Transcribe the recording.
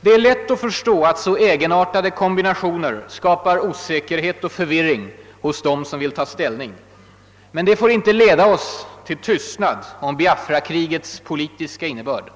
Det är lätt att förstå att så egenartade kombinationer skapar osäkerhet och förvirring hos dem som vill ta ställning. Men det får inte leda oss till tystnad om Biafrakrigets politiska innebörd.